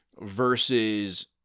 versus